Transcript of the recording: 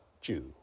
Jew